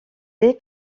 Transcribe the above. des